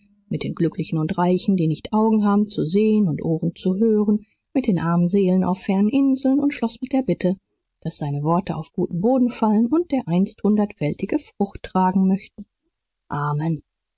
mit den glücklichen und reichen die nicht augen haben zu sehen und ohren zu hören mit den armen seelen auf fernen inseln und schloß mit der bitte daß seine worte auf guten boden fallen und dereinst hundertfältige frucht tragen möchten amen